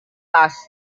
tas